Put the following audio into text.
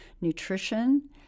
Nutrition